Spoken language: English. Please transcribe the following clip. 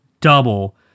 double